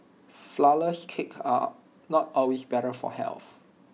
Flourless Cakes are not always better for health